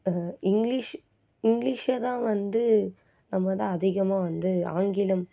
English இங்கிலீஷை தான் வந்து நம்ம வந்து அதிகமாக வந்து ஆங்கிலம்